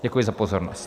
Děkuji za pozornost.